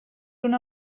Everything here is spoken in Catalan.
una